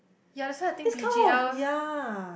ya that's why I think P_G_L